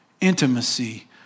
Intimacy